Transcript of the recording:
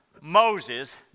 Moses